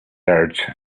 large